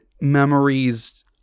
memories